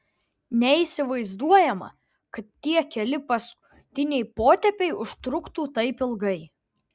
neįsivaizduojama kad tie keli paskutiniai potėpiai užtruktų taip ilgai